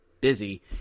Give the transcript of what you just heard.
busy